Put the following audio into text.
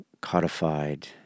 codified